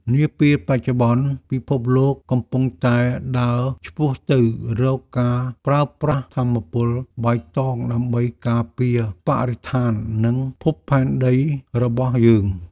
នាពេលបច្ចុប្បន្នពិភពលោកកំពុងតែដើរឆ្ពោះទៅរកការប្រើប្រាស់ថាមពលបៃតងដើម្បីការពារបរិស្ថាននិងភពផែនដីរបស់យើង។